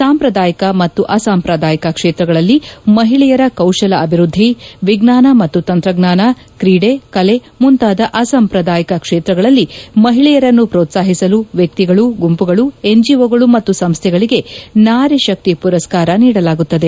ಸಾಂಪ್ರದಾಯಿಕ ಮತ್ತು ಅಸಾಂಪ್ರದಾಯಿಕ ಕ್ಷೇತ್ರಗಳಲ್ಲಿ ಮಹಿಳೆಯರ ಕೌಶಲ ಅಭಿವೃದ್ದಿ ವಿಜ್ಞಾನ ಮತ್ತು ತಂತ್ರಜ್ಞಾನ ಕ್ರೀಡೆ ಕಲೆ ಮುಂತಾದ ಅಸಾಂಪ್ರದಾಯಿಕ ಕ್ಷೇತ್ರಗಳಲ್ಲಿ ಮಹಿಳೆಯರನ್ನು ಪೋತ್ಸಾಹಿಸಲು ವಕ್ಷಿಗಳು ಗುಂಪುಗಳು ಎನ್ಜಿಬಗಳು ಮತ್ತು ಸಂಸ್ಥೆಗಳಿಗೆ ನಾರಿ ಶಕ್ತಿ ಪುರಸ್ಕರ ನೀಡಲಾಗುತ್ತದೆ